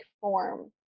form